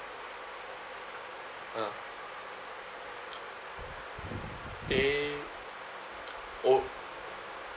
ah eh oh